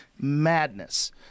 madness